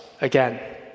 again